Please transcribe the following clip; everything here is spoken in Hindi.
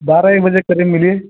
बारह एक बजे के करीब मिलिए